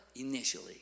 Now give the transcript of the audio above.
initially